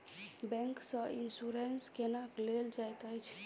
bank सँ insurance केना लेल जाइत अछि